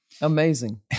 Amazing